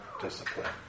discipline